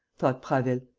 thought prasville,